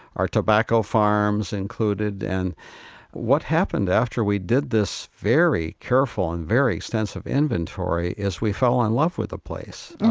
our tobacco farms included and what happened after we did this very careful and very extensive inventory is we fell in love with the place.